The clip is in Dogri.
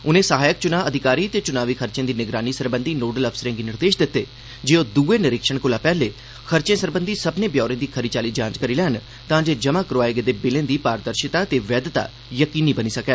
उनें सहायक चूनां अधिकारी ते च्नावी खर्चे दी निगरानी सरबंधी नोडल अफसरें गी निर्देष दित्ते जे ओह द्ए निरीक्षण कोला पैहले खर्चे सरबंधी सब्भनें ब्यौरें दी खरी चाल्ली जांच करी लैन तांजे जमा करोआए गेदे बिलें दी पारदर्शिता ते वैद्यता यकीनी बनाई जाई सकै